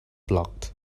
blocked